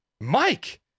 Mike